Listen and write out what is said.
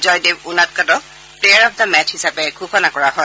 জয়দেৱ উনাদকটক player of the match হিচাপে ঘোষণা কৰা হয়